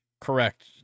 correct